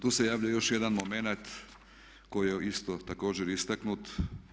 Tu se javlja još jedan momenat koji je isto također istaknut.